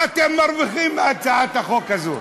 מה אתם מרוויחים מהצעת החוק הזאת?